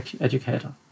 educator